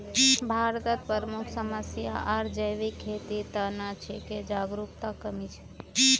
भारतत प्रमुख समस्या आर जैविक खेतीर त न छिके जागरूकतार कमी